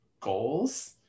Goals